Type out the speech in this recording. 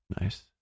nice